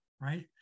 right